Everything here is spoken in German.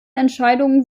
entscheidung